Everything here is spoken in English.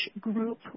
group